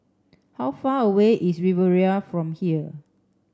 how far away is Riviera from here